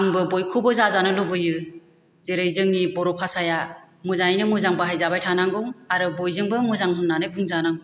आंबो बयखौबो जाजानो लुबैयो जेरै जोंनि बर' भाषाया मोजाङैनो मोजां बाहायजाबाय थानांगौ आरो बयजोंबो मोजां होननानै बुंजानांगौ